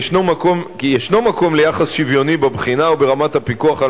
כי יש מקום ליחס שוויוני בבחינה וברמת הפיקוח על